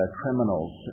criminals